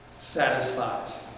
satisfies